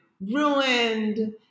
ruined